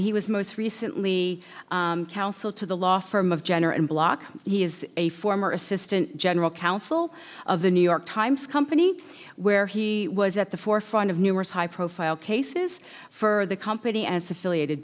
he was most recently counsel to the law firm of jenner and block he is a former assistant general counsel of the new york times company where he was at the forefront of numerous high profile cases for the company and its affiliated